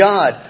God